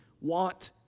want